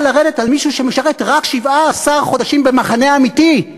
לרדת על מישהו שמשרת רק 17 חודשים במחנה אמיתי,